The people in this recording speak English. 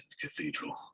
Cathedral